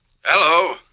Hello